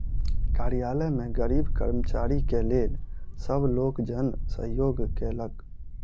कार्यालय में गरीब कर्मचारी के लेल सब लोकजन सहयोग केलक